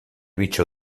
bicho